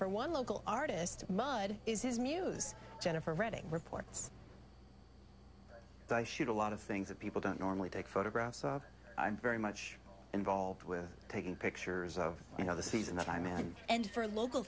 for one local artist mudd is his muse jennifer reading reports i shoot a lot of things that people don't normally take photographs i'm very much involved with taking pictures of you know the season the demand and for local